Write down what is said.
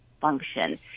function